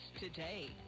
today